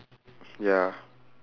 ya